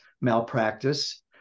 malpractice